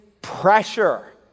pressure